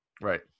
right